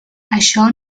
això